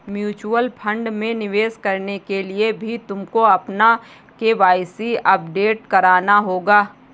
mutual fund में निवेश करने के लिए भी तुमको अपना के.वाई.सी अपडेट कराना होगा